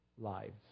lives